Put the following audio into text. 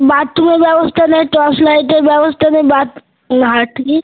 বাথরুমের ব্যবস্থা নেই টর্চ লাইটের ব্যবস্থা নেই বাথ না ঠিক